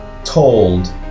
told